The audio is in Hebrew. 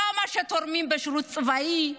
כמה שהם תורמים בשירות צבאי.